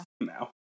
now